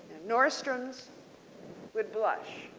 nordstroms would blush.